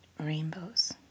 Rainbows